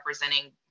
representing